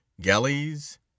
galleys